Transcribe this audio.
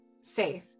safe